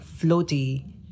floaty